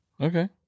Okay